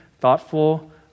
thoughtful